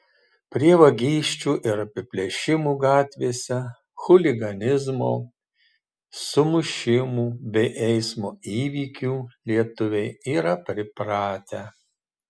prie vagysčių ir apiplėšimų gatvėse chuliganizmo sumušimų bei eismo įvykių lietuviai yra pripratę